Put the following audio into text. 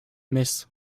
metz